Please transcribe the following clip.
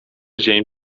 dzień